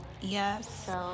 yes